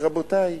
רבותי,